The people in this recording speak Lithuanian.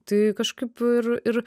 tai kažkaip ir ir